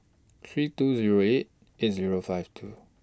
three two Zero eight eight Zero five two